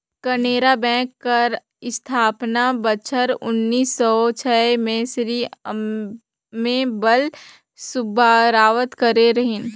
Canara Bank कर अस्थापना बछर उन्नीस सव छय में श्री अम्मेम्बल सुब्बाराव करे रहिन